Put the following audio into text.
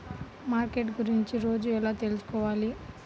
Market గురించి రోజు ఎలా తెలుసుకోవాలి?